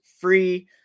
free